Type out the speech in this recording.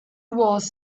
was